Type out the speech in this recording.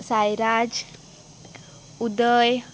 Sairaj Uday